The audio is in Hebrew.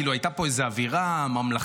כאילו הייתה פה איזה אווירה ממלכתית,